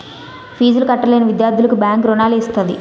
ఫీజులు కట్టలేని విద్యార్థులకు బ్యాంకు రుణాలు ఇస్తది